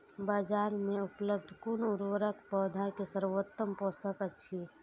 बाजार में उपलब्ध कुन उर्वरक पौधा के सर्वोत्तम पोषक अछि?